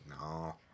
No